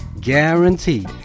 Guaranteed